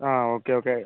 ആ okay okay